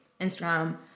Instagram